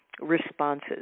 responses